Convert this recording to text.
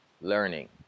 learning